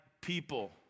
people